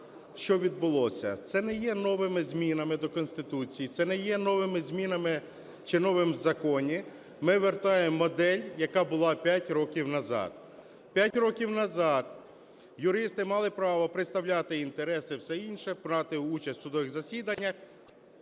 що відбулося. Це не є новими змінами до Конституції, це не є новими змінами чи новим в законі. Ми вертаємо модель, яка була п'ять років назад. П'ять років назад юристи мали право представляти інтереси, все інше, брати участь у судових засіданнях.